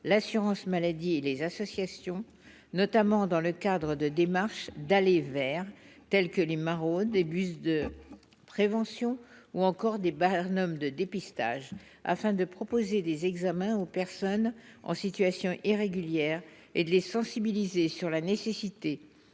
l'assurance maladie et les associations, notamment dans le cadre de démarche d'aller vers telle que les maraudes des bus de prévention ou encore des barnums de dépistage afin de proposer des examens aux personnes en situation irrégulière et de les sensibiliser sur la nécessité